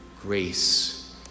grace